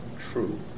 true